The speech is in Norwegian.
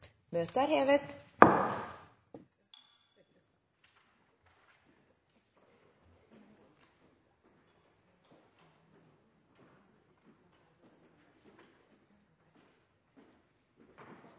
Møtet er hevet.